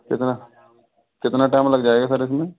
कितना कितना टाइम लग जाएगा सर इसमें